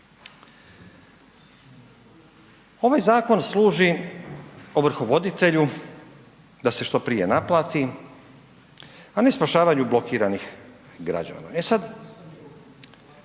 Ovaj zakon služi ovrhovoditelju da se što prije naplati, a ne spašavanju blokiranih građana. E sad,